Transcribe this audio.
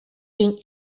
being